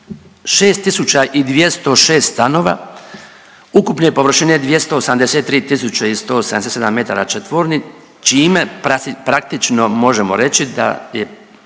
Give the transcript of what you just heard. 6.206 stanova ukupne površine 283.177 metara četvornih čime praktično možemo reći da je